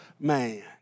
man